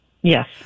Yes